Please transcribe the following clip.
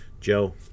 Joe